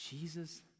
Jesus